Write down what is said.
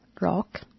rock